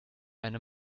eine